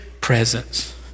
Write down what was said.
presence